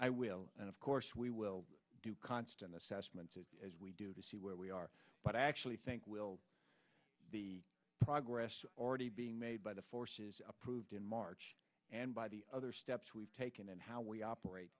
i will of course we will do constant assessments as we do to see where we are but i actually think we'll the progress already being made by the forces approved in march and by the other steps we've taken and how we